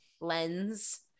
lens